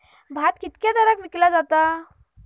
भात कित्क्या दरात विकला जा?